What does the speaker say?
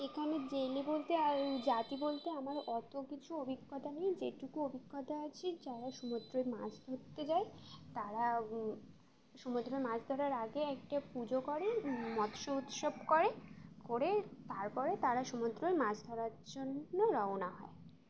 এখানে জেলে বলতে আর জাতি বলতে আমার অত কিছু অভিজ্ঞতা নেই যেটুকু অভিজ্ঞতা আছে যারা সমুদ্রয় মাছ ধরতে যায় তারা সমুদ্রয় মাছ ধরার আগে একটা পুজো করে মৎস উৎসব করে করে তারপরে তারা সমুদ্রয় মাছ ধরার জন্য রওনা হয়